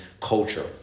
culture